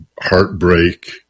heartbreak